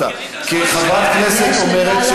כי חברת כנסת אומרת,